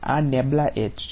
આ છે